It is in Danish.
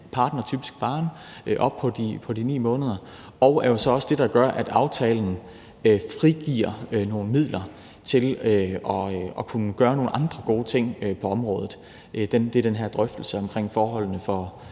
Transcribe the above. partner, typisk faren, op på de 9 måneder, og det er jo så også det, der gør, at aftalen frigiver nogle midler til at kunne gøre nogle andre gode ting på området. Det handler om den her drøftelse af forholdene for